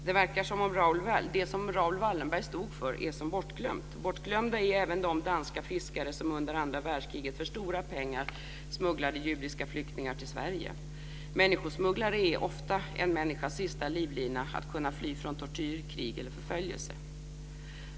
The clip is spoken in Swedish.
Det verkar som om det som Raoul Wallenberg stod för är som bortglömt. Bortglömda är även de danska fiskare som under andra världskriget för stora pengar smugglade judiska flyktingar till Sverige. Människosmugglare är ofta en människas sista livlina att kunna fly från tortyr, krig eller förföljelse.